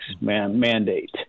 mandate